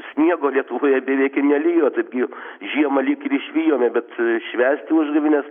sniego lietuvoje beveik ir nelijo taigi žiemą lyg ir išvijome bet švęsti užgavėnes